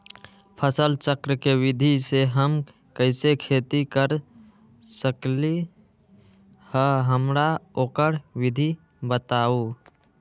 फसल चक्र के विधि से हम कैसे खेती कर सकलि ह हमरा ओकर विधि बताउ?